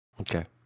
Okay